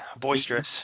Boisterous